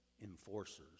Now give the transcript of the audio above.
enforcers